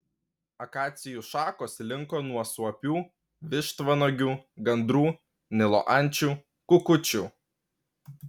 akacijų šakos linko nuo suopių vištvanagių gandrų nilo ančių kukučių